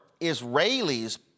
Israelis